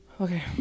okay